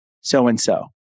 so-and-so